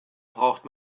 braucht